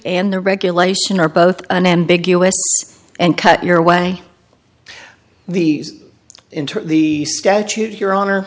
and the regulation are both unambiguous and cut your way the into the statute here on